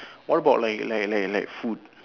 what about like like like like food